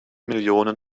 millionen